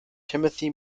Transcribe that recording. timothy